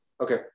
Okay